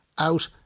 out